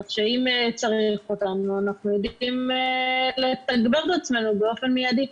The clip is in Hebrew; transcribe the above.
כך שאם צריך אותנו אנחנו יודעים לתגבר את עצמנו באופן מיידי.